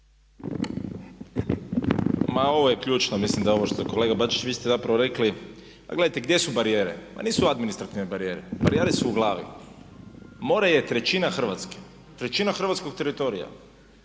Ma ovo je ključno. Mislim da ovo što je kolega Bačić, vi ste zapravo rekli. Pa gledajte gdje su barijere? Ma nisu administrativne barijere, barijere su u glavi. More je trećina Hrvatske, trećina hrvatskog teritorija